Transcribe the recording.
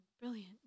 brilliant